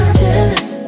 jealous